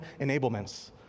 Enablements